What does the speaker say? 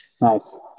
Nice